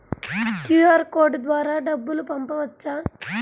QR code ద్వారా డబ్బులు పంపవచ్చా?